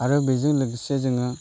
आरो बेजों लोगोसे जोङो